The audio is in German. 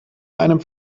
einem